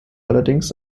allerdings